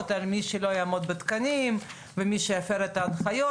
על מי שלא יעמוד בתקנים ומי שיפר את ההנחיות,